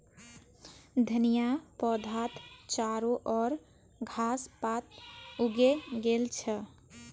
धनिया पौधात चारो ओर घास पात उगे गेल छ